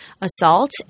assault